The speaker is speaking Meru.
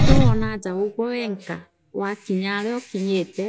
Ikio wonaa jaa ugwe wenka wakiinya aria akinyite